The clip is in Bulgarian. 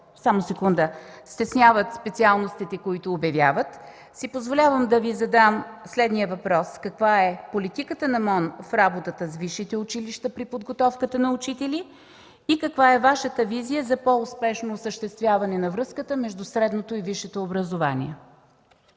стесняват все повече специалностите, които обявяват, си позволявам да Ви задам следния въпрос: каква е политиката на МОН в работата с висшите училища при подготовката на учители и каква е Вашата визия за по-успешно осъществяване на връзката между средното и висшето образование?